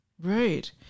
Right